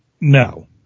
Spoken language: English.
No